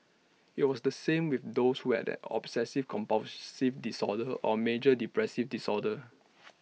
IT was the same with those who had an obsessive compulsive disorder or A major depressive disorder